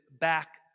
back